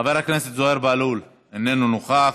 חבר הכנסת זוהיר בהלול, איננו נוכח,